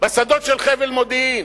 בשדות של חבל מודיעין.